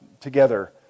together